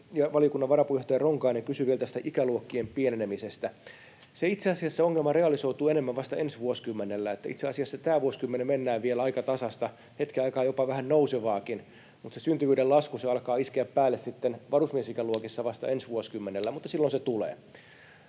valiokunnan varapuheenjohtaja Ronkainen kysyi vielä ikäluokkien pienenemisestä. Itse asiassa se ongelma realisoituu enemmän vasta ensi vuosikymmenellä. Itse asiassa tämä vuosikymmen mennään vielä aika tasaista, hetken aikaa jopa vähän nousevaakin. Syntyvyyden lasku alkaa iskeä päälle varusmiesikäluokissa vasta ensi vuosikymmenellä, mutta silloin se tulee.